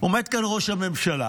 עומד כאן ראש הממשלה